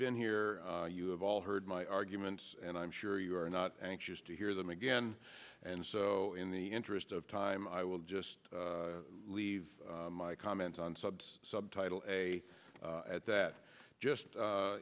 been here you have all heard my arguments and i'm sure you are not anxious to hear them again and so in the interest of time i will just leave my comments on subs subtitle a at that just